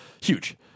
Huge